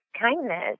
kindness